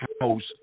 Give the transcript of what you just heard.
house